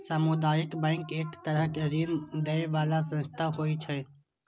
सामुदायिक बैंक एक तरहक ऋण दै बला संस्था होइ छै